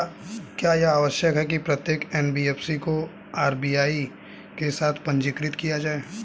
क्या यह आवश्यक है कि प्रत्येक एन.बी.एफ.सी को आर.बी.आई के साथ पंजीकृत किया जाए?